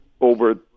over